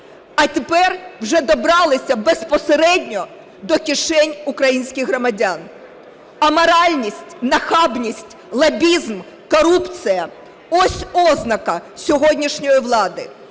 а тепер вже добралися безпосередньо до кишень українських громадян. Аморальність, нахабність, лобізм, корупція – ось ознака сьогоднішньої влади.